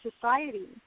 society